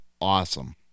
awesome